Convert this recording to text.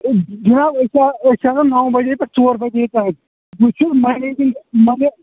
نہ حَظ أسۍ چھِ آسَان نَو بَجے پٮ۪ٹھ ژور بَجے تانۍ بہٕ چھُس مَنیجِنٛگ مگر